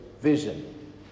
vision